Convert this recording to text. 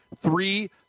three